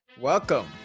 Welcome